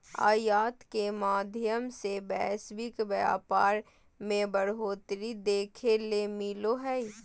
आयात के माध्यम से वैश्विक व्यापार मे बढ़ोतरी देखे ले मिलो हय